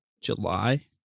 July